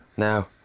Now